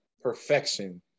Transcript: perfection